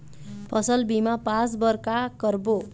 फसल बीमा पास बर का करबो?